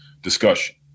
discussion